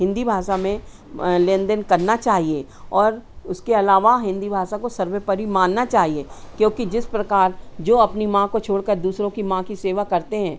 हिन्दी भाषा में लेनदेन करना चाहिए और उसके अलावा हिन्दी भाषा को सर्वेपरि मानना चाहिए क्योंकि जिस प्रकार जो अपनी माँ को छोड़कर दूसरों की माँ की सेवा करते हैं